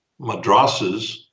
madrasas